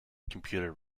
computer